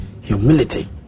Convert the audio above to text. humility